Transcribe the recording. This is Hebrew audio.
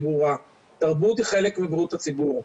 ברורה: תרבות היא חלק מבריאות הציבור.